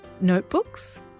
notebooks